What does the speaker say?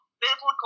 Biblical